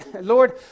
Lord